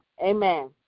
Amen